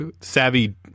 savvy